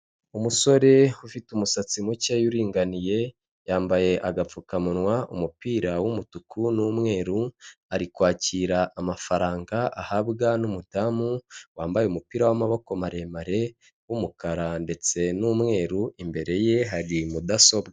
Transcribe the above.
Umusore ufite umusatsi mukeya uringaniye, yambaye agapfukamunwa, umupira w'umutuku n'umweru, ari kwakira amafaranga ahabwa n'umudamu wambaye umupira w'amaboko maremare w'umukara ndetse n'umweru, imbere ye hari mudasobwa.